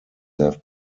have